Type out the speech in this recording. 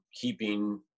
keeping